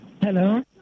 hello